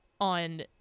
on